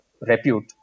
repute